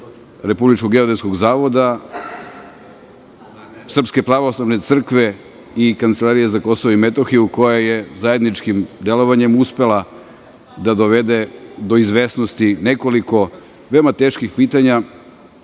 Republičkog geodetskog zavoda i Srpske pravoslavne crkve i Kancelarije za Kosovo i Metohiju koja je zajedničkim delovanjem uspela da dovede do izvesnosti nekoliko veoma teških pitanja